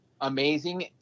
amazing